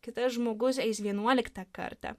kitas žmogus eis vienuoliktą kartą